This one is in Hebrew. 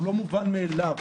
הוא לא מובן מאליו.